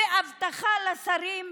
ואבטחה לשרים,